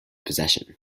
possession